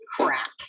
crap